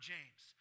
James